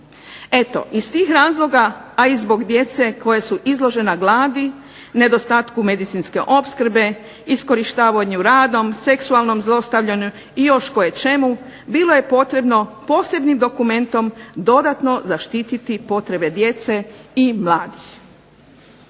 Iz tih razloga a i zbog djece koja su izložena gladi, nedostatku medicinske opskrbe, iskorištavanju radom, seksualnom zlostavljanju i još koječemu bilo je potrebno posebnim dokumentom dodatno zaštititi potrebe djece i mladih.